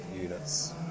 units